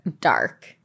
dark